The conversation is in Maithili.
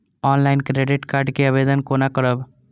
ऑनलाईन क्रेडिट कार्ड के आवेदन कोना करब?